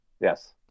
Yes